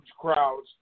crowds